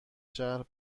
شهر